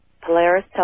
Polaris